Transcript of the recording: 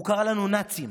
הוא קרא לנו "נאצים".